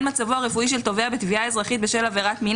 מצבו הרפואי של תובע בתביעה אזרחית בשל עבירת מין